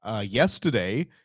yesterday